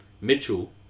Mitchell